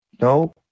no